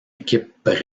équipe